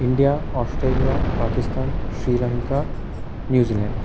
India Australia Pakistan Sri Lanka New Zealand